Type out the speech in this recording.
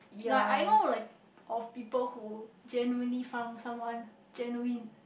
like I know like of people who genuinely found someone genuine